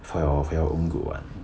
for your for your own good one